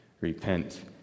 Repent